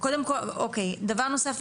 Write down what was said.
דבר נוסף,